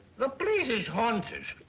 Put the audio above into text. the place is haunted.